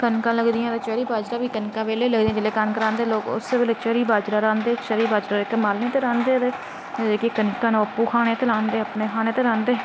कनकां लगदियां ते चली बाजरा बी उसले गै लगदा जिसले चरी बाजरा रांह्दे लोग उस्सै बेल्लै चरी बाजरा रहांदे चरी बाजरा जेह्का माल्लै तै रांह्दे ते कनकां आपूं खाने ते रांह्दे अपने खानै ते रांह्दे